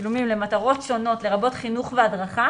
בצילומים למטרות שונות לרבות חינוך והדרכה